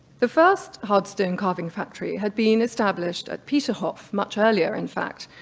the first hard stone carving factory had been established at peterhof, much earlier in fact,